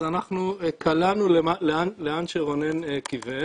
אז אנחנו קלענו לאן שרונן כיוון.